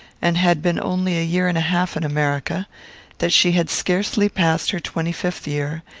and had been only a year and a half in america that she had scarcely passed her twenty-fifth year,